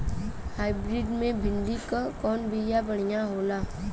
Hybrid मे भिंडी क कवन बिया बढ़ियां होला?